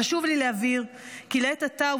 חשוב לי להבהיר כי לעת עתה,